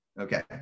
Okay